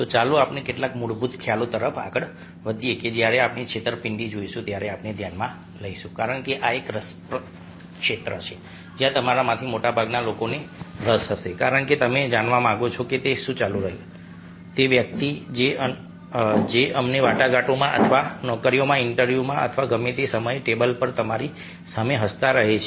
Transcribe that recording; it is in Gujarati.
તો ચાલો આપણે કેટલાક મૂળભૂત ખ્યાલો તરફ આગળ વધીએ કે જ્યારે આપણે છેતરપિંડી જોઈશું ત્યારે આપણે ધ્યાનમાં લઈશું કારણ કે આ એક રસપ્રદ ક્ષેત્ર છે જ્યાં તમારામાંથી મોટાભાગના લોકોને રસ હશે કારણ કે તમે જાણવા માગો છો કે શું ચાલી રહ્યું છે તે વ્યક્તિ જે અમને વાટાઘાટોમાં અથવા નોકરીના ઇન્ટરવ્યુમાં અથવા ગમે તે સમયે ટેબલ પર તમારી સામે હસતાં કહે છે